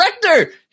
director